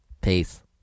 Peace